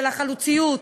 של החלוציות,